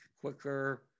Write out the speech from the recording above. quicker